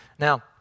Now